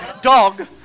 dog